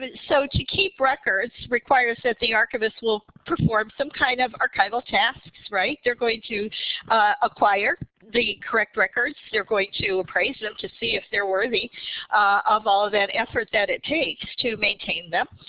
so to keep records requires that the archivist will perform some kind of archival tasks, right? they're going to acquire the correct records. they're going to appraise them to see if they're worthy of all of that effort that it takes to maintain them.